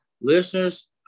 Listeners